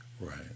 Right